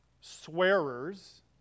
swearers